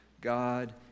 God